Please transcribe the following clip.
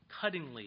cuttingly